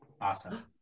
Awesome